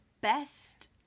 best